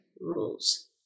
rules